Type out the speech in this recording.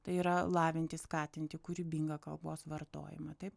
tai yra lavinti skatinti kūrybingą kalbos vartojimą taip